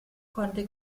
konnte